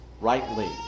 rightly